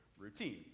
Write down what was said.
routine